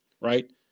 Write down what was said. Right